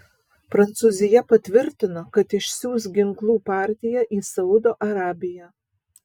prancūzija patvirtino kad išsiųs ginklų partiją į saudo arabiją